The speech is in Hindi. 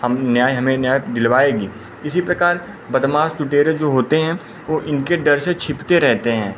हम न्याय हमें न्याय दिलवाएगी इसी प्रकार बदमास लुटेरे जो होते हैं वे इनके डर से छिपते रहते हैं